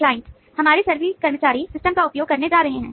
client हमारे सभी कर्मचारी सिस्टम का उपयोग करने जा रहे हैं